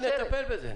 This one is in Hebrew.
נטפל בזה.